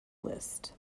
list